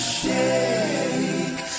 shake